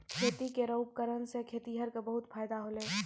खेती केरो उपकरण सें खेतिहर क बहुत फायदा होलय